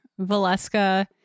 Valeska